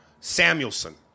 Samuelson